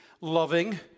loving